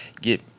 get